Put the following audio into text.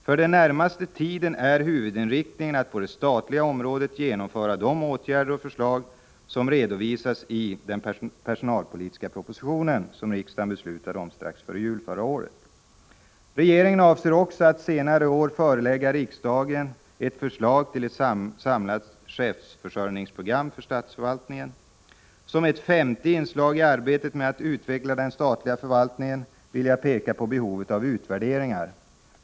För den närmaste tiden är huvudinriktningen att på det statliga området genomföra de åtgärder och förslag som redovisades i den personalpolitiska proposition som riksdagen beslutade om strax före jul förra året. Regeringen avser också att senare i år förelägga riksdagen ett förslag till ett samlat chefsförsörjningsprogram för statsförvaltningen. Som ett femte inslag i arbetet med att utveckla den statliga förvaltningen vill jag peka på behovet av utvärderingar.